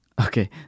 Okay